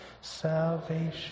salvation